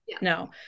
no